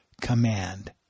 command